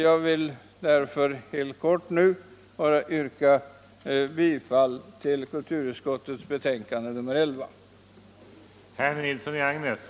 Jag vill därför helt kort bara yrka bifall till kulturutskottets hemställan i dess betänkande nr 11.